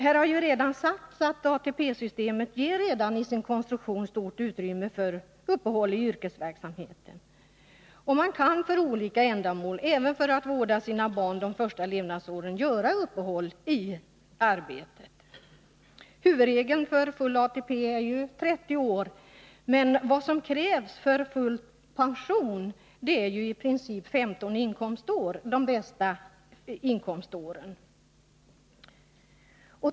Som här har sagts ger ATP-systemet redan i sin nuvarande konstruktion stort utrymme för uppehåll i yrkesverksamheten. Man kan för olika ändamål, även för att vårda sina barn de första levnadsåren, göra uppehåll i arbetet. Huvudregeln för full ATP är 30 år, men vad som krävs för full pension är i princip 15 inkomstår, de 15 bästa inkomståren.